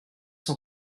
cent